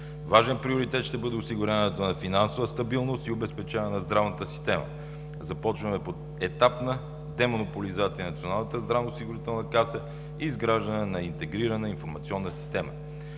Важен приоритет ще бъде осигуряването на финансова стабилност и обезпечаване на здравната система. Започваме поетапна демонополизация на Националната здравноосигурителна каса и изграждане на интегрирана информационна система.